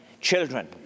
children